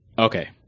Okay